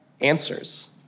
answers